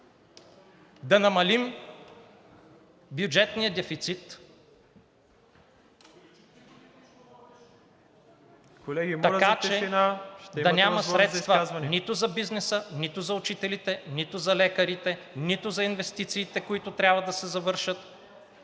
АСЕН ВАСИЛЕВ: Така че да няма средства нито за бизнеса, нито за учителите, нито за лекарите, нито за инвестициите, които трябва да се завършат,